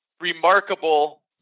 remarkable